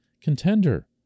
contender